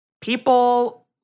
people